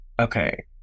okay